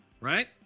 Right